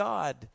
God